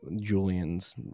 Julian's